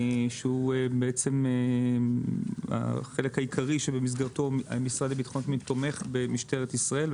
שהוא החלק העיקרי שבמסגרתו המשרד לביטחון הפנים תומך במשטרת ישראל,